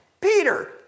Peter